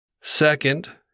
Second